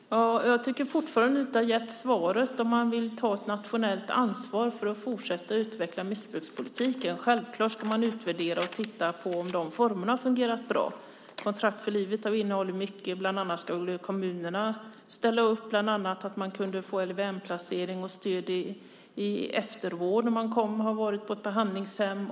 Fru talman! Jag tycker fortfarande inte att jag fått något svar på om man vill ta ett nationellt ansvar för att fortsätta att utveckla missbrukspolitiken. Självklart ska man utvärdera och titta på om formerna har fungerat bra och hur de kan utvecklas. Ett kontrakt för livet har innehållit mycket; bland annat skulle kommunerna ställa upp med LVM-placering och stöd i eftervård när man varit på ett behandlingshem.